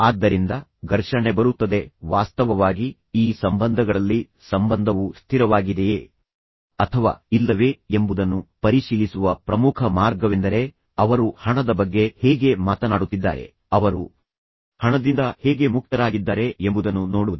ಆದ್ದರಿಂದ ಘರ್ಷಣೆ ಬರುತ್ತದೆ ವಾಸ್ತವವಾಗಿ ಈ ಸಂಬಂಧಗಳಲ್ಲಿ ಸಂಬಂಧವು ಸ್ಥಿರವಾಗಿದೆಯೇ ಅಥವಾ ಇಲ್ಲವೇ ಎಂಬುದನ್ನು ಪರಿಶೀಲಿಸುವ ಪ್ರಮುಖ ಮಾರ್ಗವೆಂದರೆ ಅವರು ಹಣದ ಬಗ್ಗೆ ಹೇಗೆ ಮಾತನಾಡುತ್ತಿದ್ದಾರೆ ಅವರು ಹಣದಿಂದ ಹೇಗೆ ಮುಕ್ತರಾಗಿದ್ದಾರೆ ಎಂಬುದನ್ನು ನೋಡುವುದು